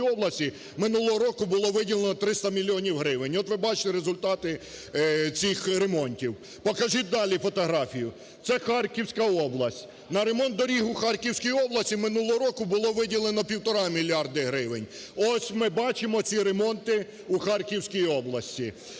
минулого року було виділено 300 мільйонів гривень. От ви бачите результати цих ремонтів. Покажіть далі фотографію. Це Харківська область, на ремонт доріг у Харківській області минулого року було виділено півтора мільярди гривень. Ось ми бачимо ці ремонти у Харківській області.